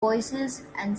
voicesand